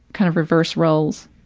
kind of reverse roles,